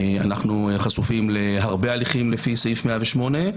אנו חשופים להרבה הליכים לפי סעיף 108,